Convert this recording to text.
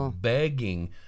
begging